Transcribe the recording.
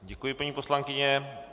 Děkuji, paní poslankyně.